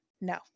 no